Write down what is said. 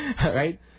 Right